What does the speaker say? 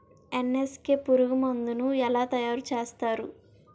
NSK పురుగు మందు ను ఎలా తయారు చేస్తారు?